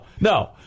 no